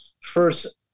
first